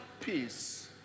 peace